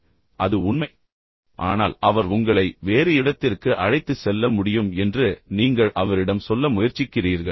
நீங்கள் விரும்பினால் அவரது வங்கி இருப்பு பற்றி சொல்லலாம் ஆனால் அவர் உங்களை வேறு இடத்திற்கு அழைத்துச் செல்ல முடியும் என்று நீங்கள் அவரிடம் சொல்ல முயற்சிக்கிறீர்கள்